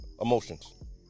emotions